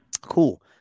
Cool